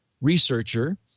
researcher